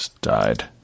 died